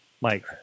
Mike